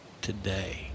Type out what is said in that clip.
today